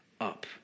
up